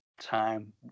time